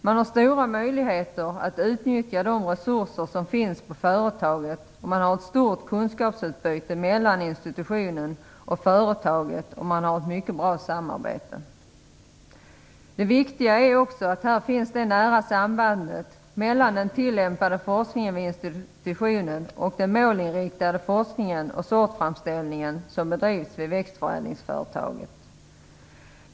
Man har stora möjligheter att utnyttja de resurser som finns på företaget, och man har ett stort kunskapsutbyte mellan institutionen och företaget. Man har också ett mycket bra samarbete. Det viktiga är också att här finns det nära sambandet mellan den tillämpade forskningen vid institutionen och den målinriktade forskningen och sortframställningen som bedrivs vid växtförädlingsföretaget.